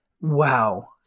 Wow